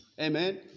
Amen